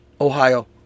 Ohio